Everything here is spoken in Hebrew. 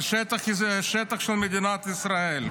שהשתלטה על שטח שהוא שטח של מדינת ישראל.